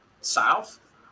south